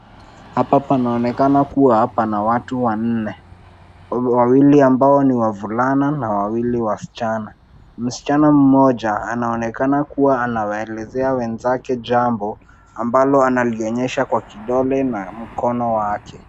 Hapa panaonekana kuwa na watu wanne, wawili amabao ni wavulana na wawili wasichana. Msichana mmoja anaonekana kuwa anawaelezea wenzake jambo ambalo analionyesha kwa kidole na mkono wake.